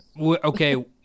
Okay